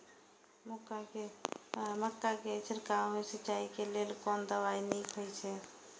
मक्का के छिड़काव सिंचाई के लेल कोन दवाई नीक होय इय?